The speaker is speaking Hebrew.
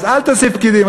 אז אל תוסיף פקידים,